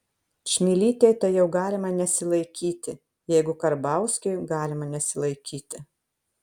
čmilytei tai jau galima nesilaikyti jeigu karbauskiui galima nesilaikyti